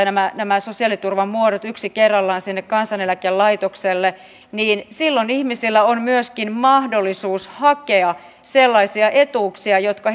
nämä nämä sosiaaliturvan muodot siirretään yksi kerrallaan sinne kansaneläkelaitokselle niin silloin ihmisillä on myöskin mahdollisuus hakea sellaisia etuuksia jotka